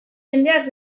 jendeak